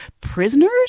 prisoners